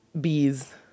bees